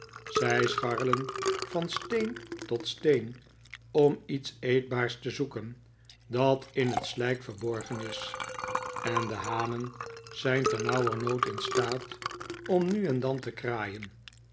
zij scharrelen van steen tot steeh om iets eetbaars te zoeken dat in het slijk verborgen is en de hanen zijn ternauwernood in staat om nu en dan te kraaien